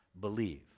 believe